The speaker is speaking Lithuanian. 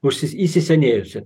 užsi įsisenėjusi